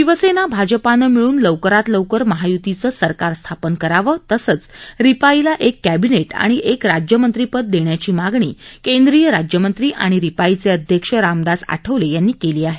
शिवसेना भाजपनं मिळून लवकरात लवकर महायुतीचं सरकार स्थापन करावं तसंच रिपाईला एक कॅबिनेट आणि एक राज्यमंत्रीपद देण्याची मागणी केंद्रीय राज्यमंत्री आणि रिपाईचे अध्यक्ष रामदास आठवले यांनी केली आहे